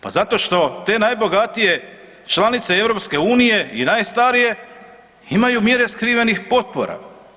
Pa zato što te najbogatije članice EU-a i najstarije imaju mjere skrivenih potpora.